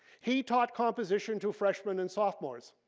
he taught composition to freshman and sophomores.